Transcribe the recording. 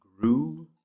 grew